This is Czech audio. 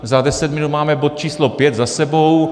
Za deset minut máme bod číslo 5 za sebou.